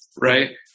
Right